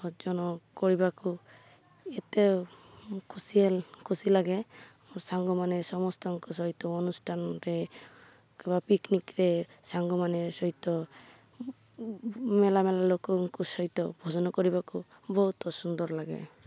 ଭୋଜନ କରିବାକୁ ଏତେ ଖୁସି ଖୁସି ଲାଗେ ସାଙ୍ଗମାନେ ସମସ୍ତଙ୍କ ସହିତ ଅନୁଷ୍ଠାନରେ କିମ୍ବା ପିକ୍ନିକ୍ରେ ସାଙ୍ଗମାନେ ସହିତ ମେଲା ମେଲା ଲୋକଙ୍କୁ ସହିତ ଭୋଜନ କରିବାକୁ ବହୁତ ସୁନ୍ଦର ଲାଗେ